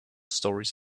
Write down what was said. stories